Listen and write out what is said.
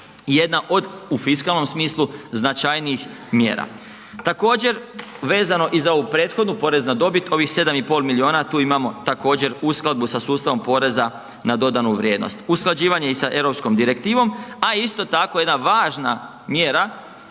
jedna od, u fiskalnom smislu, značajnijih mjera. Također, vezano i za ovu prethodnu porez na dobit, ovih 7,5 milijuna, tu imamo također uskladbu sa sustavom poreza na dodanu vrijednost, usklađivanje i sa Europskom direktivom, a isto tako jedna važna mjera